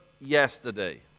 yesterday